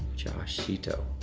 josh sheeto.